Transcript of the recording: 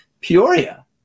Peoria